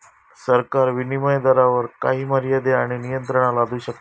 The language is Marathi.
सरकार विनीमय दरावर काही मर्यादे आणि नियंत्रणा लादू शकता